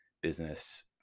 business